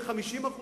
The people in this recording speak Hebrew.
ב-50%,